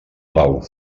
plau